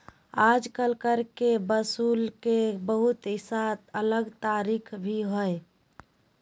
आजकल कर के वसूले के बहुत सा अलग तरीका भी हइ